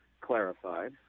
clarified